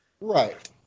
Right